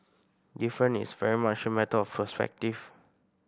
different is very much a matter of perspective